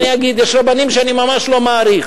אני אגיד: יש רבנים שאני ממש לא מעריך,